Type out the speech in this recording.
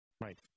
Right